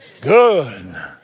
Good